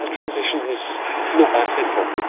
ah transition is not that simple.